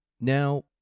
Now